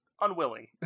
Unwilling